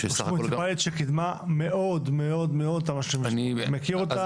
רשות מוניציפלית שקידמה מאוד תמ"א 38. אני מכיר אותה.